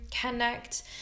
connect